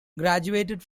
graduated